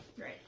Right